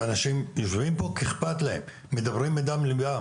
אנשים יושבים פה כי אכפת להם, מדברים מדם ליבם